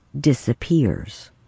disappears